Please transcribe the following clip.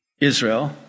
Israel